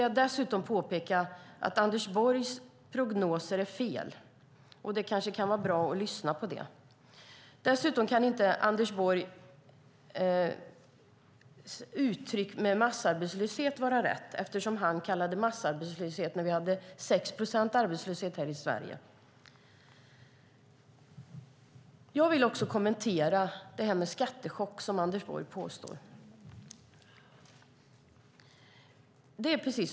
Jag vill påpeka att Anders Borgs prognoser är fel. Det kanske vore bra att lyssna på det. Anders Borgs uttalande om massarbetslöshet kan inte heller vara rätt eftersom han kallade det för massarbetslöshet redan när vi hade 6 procents arbetslöshet här i Sverige. Jag vill också kommentera det som Anders Borg sade om skattechock.